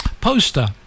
poster